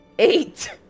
Eight